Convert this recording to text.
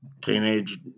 teenage